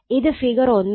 ഇത് ഫിഗർ 1 ആണ്